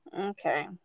Okay